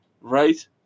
Right